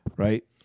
right